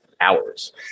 hours